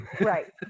Right